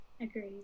Agreed